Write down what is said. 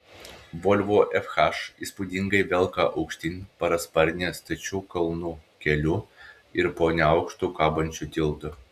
volvo fh įspūdingai velka aukštyn parasparnį stačiu kalnų keliu ir po neaukštu kabančiu tiltu